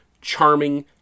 charming